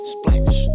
Splash